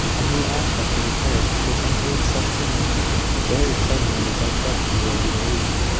a new aspect of affairs has presented itself to me very suddenly, as i trust you will believe,